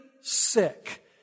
sick